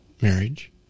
marriage